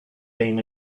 been